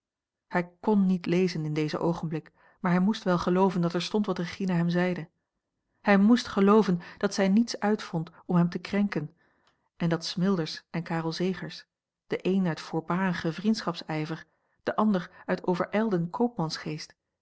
hij kn niet lezen in dezen oogenblik maar hij moest wel gelooven dat er stond wat regina hem zeide hij moest gelooven dat zij niets uitvond om hem te krenken en dat smilders en karel zegers de een uit voorbarigen vriendschapsijver de ander uit overijlden